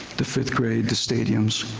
the fifth grade, the stadiums.